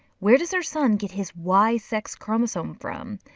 where does her son get his y sex chromosome from?